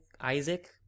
Isaac